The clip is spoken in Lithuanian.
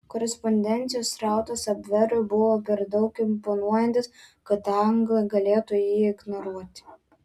korespondencijos srautas abverui buvo per daug imponuojantis kad anglai galėtų jį ignoruoti